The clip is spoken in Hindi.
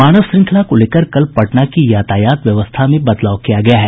मानव श्रृंखला को लेकर कल पटना की यातायात व्यवस्था में बदलाव किया गया है